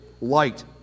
Light